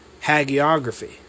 hagiography